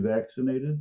vaccinated